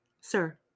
Sir